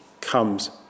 comes